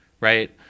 right